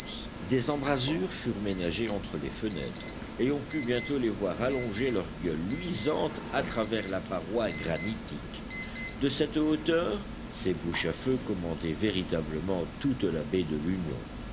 des embrasures furent ménagées entre les fenêtres et on put bientôt les voir allonger leur gueule luisante à travers la paroi granitique de cette hauteur ces bouches à feu commandaient véritablement toute la baie de l'union